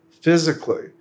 physically